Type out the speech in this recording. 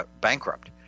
bankrupt